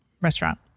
restaurant